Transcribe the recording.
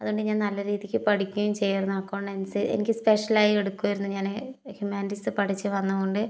അതുകൊണ്ട് ഞാൻ നല്ല രീതിക്ക് പഠിക്കുകയും ചെയ്യുമായിരുന്നു അക്കൗണ്ടൻസി എനിക്ക് സ്പെഷ്യൽ ആയി എടുക്കുമായിരുന്നു ഞാൻ ഹ്യൂമാനിറ്റീസ് പഠിച്ച് വന്നതു കൊണ്ട്